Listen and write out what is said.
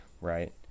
Right